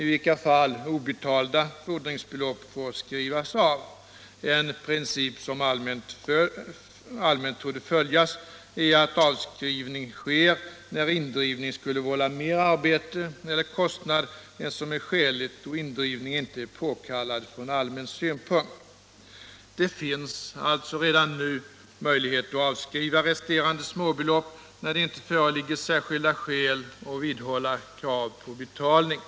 fordringsbelopp får skrivas av. En princip som allmänt torde följas är . Nr 55 att avskrivning sker när indrivning skulle vålla mer arbete eller kostnad Tisdagen den än som är skäligt och indrivning inte är påkallad från allmän synpunkt. 18 januari 1977 Det finns alltså redan nu möjlighet att avskriva resterande småbelopp = när det inte föreligger särskilda skäl att vidhålla krav på betalning.